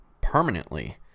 permanently